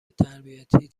تربیتی